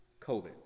COVID